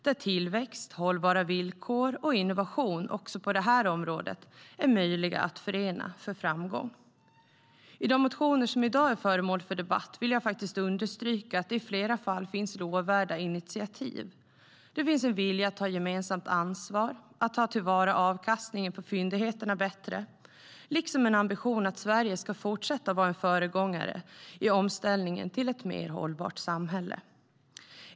Och tillväxt, hållbara villkor och innovation också på det här området är möjliga att förena för framgång. Jag vill understryka att det finns lovvärda initiativ i flera av de motioner som i dag är föremål för debatt. Det finns en vilja att ta gemensamt ansvar, att ta till vara avkastningen på fyndigheterna bättre liksom en ambition att Sverige ska vara en föregångare i omställningen till ett mer hållbart samhälle.